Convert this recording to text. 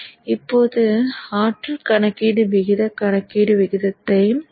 இப்போது ஆற்றல் கணக்கீடு விகித கணக்கீடு விகிதத்தை மாற்றுகிறது